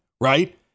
Right